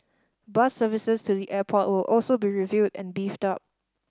bus services to the airport will also be reviewed and beefed up